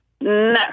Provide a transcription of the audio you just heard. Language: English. No